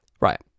right